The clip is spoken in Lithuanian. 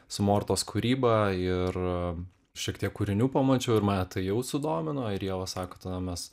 su mortos kūryba ir šiek tiek kūrinių pamačiau ir mane tai jau sudomino ir ieva sako tada mes